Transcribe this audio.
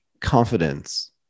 confidence